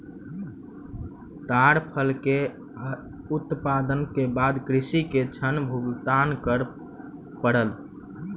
ताड़ फल के उत्पादनक बाद कृषक के ऋण भुगतान कर पड़ल